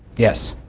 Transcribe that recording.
yes.